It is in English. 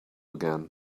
again